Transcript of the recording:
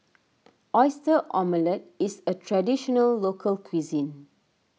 Oyster Omelette is a Traditional Local Cuisine